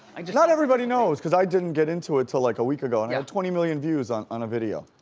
i do. not everybody knows, cause i didn't get into it til like a week ago, and i got twenty million views on on a video.